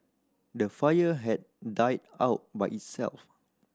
the fire had died out by itself